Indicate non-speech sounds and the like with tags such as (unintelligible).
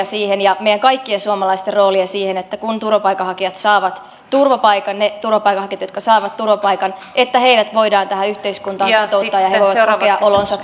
(unintelligible) siihen ja meidän kaikkien suomalaisten roolia siihen että kun turvapaikanhakijat saavat turvapaikan ne turvapaikanhakijat jotka saavat turvapaikan heidät voidaan tähän yhteiskuntaan kotouttaa ja he voivat kokea olonsa